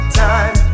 time